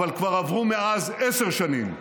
אבל כבר עברו מאז עשר שנים,